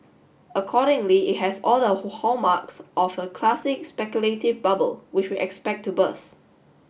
accordingly it has all the who hallmarks of a classic speculative bubble which we expect to burst